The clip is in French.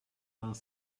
vingt